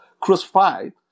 crucified